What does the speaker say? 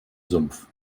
sumpf